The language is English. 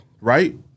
right